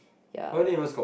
yeah lah